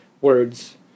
words